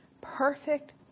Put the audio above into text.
Perfect